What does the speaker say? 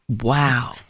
Wow